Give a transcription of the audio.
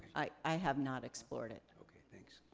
i have not explored it. okay, thanks.